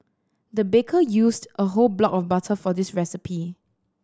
the baker used a whole block of butter for this recipe